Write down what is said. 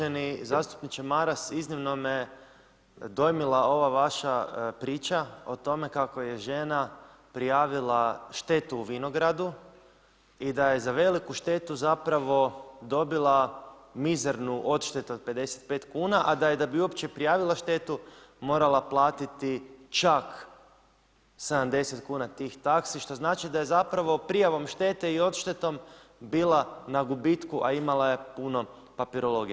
Uvaženi zastupniče Maras, iznimno me dojmila ova vaša priča o tome kako je žena prijavila štetu u vinogradu i da je za veliku štetu zapravo dobila mizernu odštetu od 55 kuna, a da je da bi uopće prijavila štetu morala platiti čak 70 kuna tih taksi, što znači da je zapravo prijavom štete i odštetom bila na gubitku, a imala je puno papirologije.